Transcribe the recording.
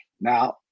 Now